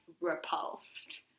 repulsed